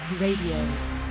Radio